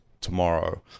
tomorrow